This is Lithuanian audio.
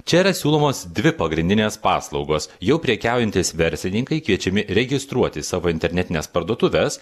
čia yra siūlomos dvi pagrindinės paslaugos jau prekiaujantys verslininkai kviečiami registruoti savo internetines parduotuves